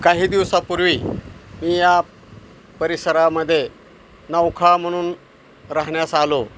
काही दिवसापूर्वी मी या परिसरामध्ये नौखा म्हणून राहण्यास आलो